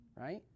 right